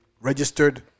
registered